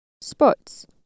Sports